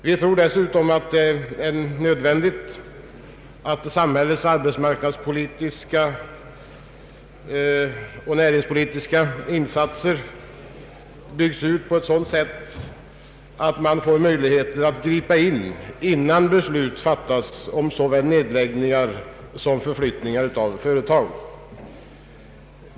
Vi tror dessutom att det är nödvändigt att samhällets arbetsmarknadspolitiska och näringspolitiska insatser byggs ut på ett sådant sätt att man får möjlighet att gripa in innan beslut fattas om såväl nedläggningar som förflyttningar av företag.